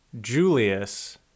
Julius